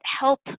help